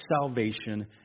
salvation